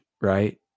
right